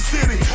City